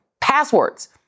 passwords